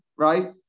right